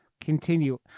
continue